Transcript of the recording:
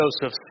Joseph